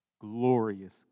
glorious